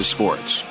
Sports